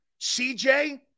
CJ